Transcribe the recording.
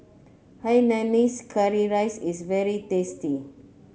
Hainanese Curry Rice is very tasty